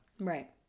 Right